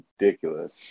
ridiculous